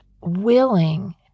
willing